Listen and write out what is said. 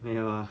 没有 ah